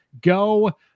go